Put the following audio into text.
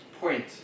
point